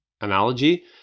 analogy